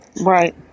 right